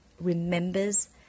remembers